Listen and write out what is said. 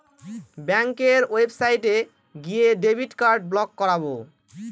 ব্যাঙ্কের ওয়েবসাইটে গিয়ে ডেবিট কার্ড ব্লক করাবো